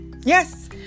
yes